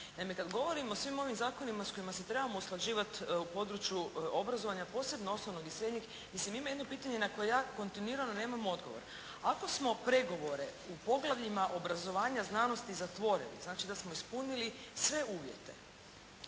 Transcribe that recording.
kad govorimo o svim ovim zakonima s kojima se trebamo usklađivati u podruju obrazovanja posebno osnovnog i srednjeg, mislim ima jedno pitanje na koje ja kontinuirano nemam odgovor. Ako smo pregovore u poglavljima obrazovanja i znanosti zatvorili znači da smo ispunili sve uvjete.